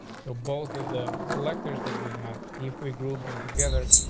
so both of the selectors that we have, if we group them together,